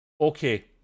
okay